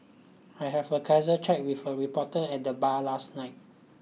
I have a casual chat with a reporter at the bar last night